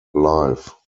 live